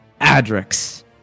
Adrix